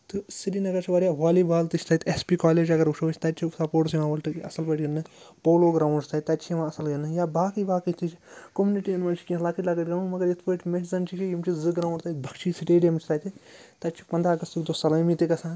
تہٕ سرینگر چھِ وارِیاہ والی بال تہِ چھِ تَتہِ ایس پی کالیج اگر وٕچھو أسۍ تَتہِ چھِ سَپوٹٕس یِوان وٕلٹہٕ اَصٕل پٲٹھۍ گِنٛدنہٕ پولو گرٛاوُنٛڈ چھِ تَتہِ تَتہِ چھِ یِوان اَصٕل گِنٛدنہٕ یا باقٕے باقٕے تہِ چھِ کوٚمنِٹِین منٛز چھِ کیٚنٛہہ لَکٕٹۍ لَکٕٹۍ گرٛاوُنٛڈ مگر یِتھ پٲٹھۍ محسَن چھِ کہِ یِم چھِ زٕ گرٛاوُنٛڈ تَتہِ بَخشی سِٹیٚڈیَم چھِ تَتہِ تَتہِ چھِ پنٛداہ اَگستٕکۍ دۄہ سَلٲمی تہِ گژھان